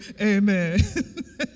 amen